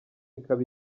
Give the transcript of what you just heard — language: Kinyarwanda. ikaba